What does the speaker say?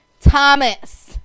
Thomas